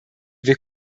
wir